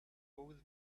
with